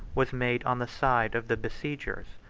was made on the side of the besiegers.